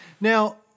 Now